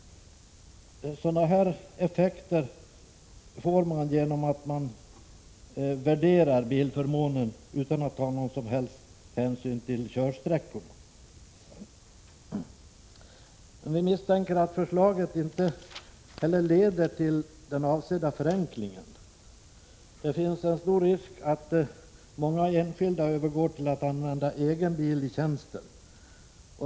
Sådana här effekter får man genom att man värderar bilförmånen utan att ta någon som helst hänsyn till körsträckan. Vi misstänker att förslaget inte heller leder till den avsedda förenklingen. Det finns en stor risk för att många enskilda övergår till att använda egen bilitjänsten.